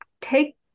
take